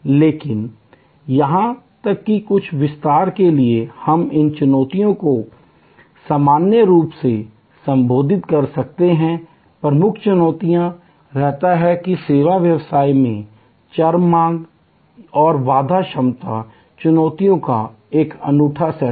लेकिन यहां तक कि कुछ विस्तार के लिए हम इन चुनौतियों को सामान्य रूप से संबोधित कर सकते हैं प्रमुख चुनौती रहता है कि सेवा व्यवसाय में चर मांग और बाधा क्षमता चुनौतियों का एक अनूठा सेट है